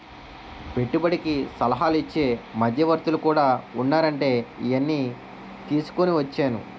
పెట్టుబడికి సలహాలు ఇచ్చే మధ్యవర్తులు కూడా ఉన్నారంటే ఈయన్ని తీసుకుని వచ్చేను